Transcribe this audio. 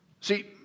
See